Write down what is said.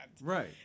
Right